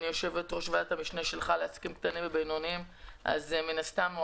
אני יו"ר ועדת המשנה שלך לעסקים קטנים ובינוניים אז מן הסתם הוא